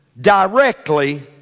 directly